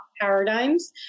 paradigms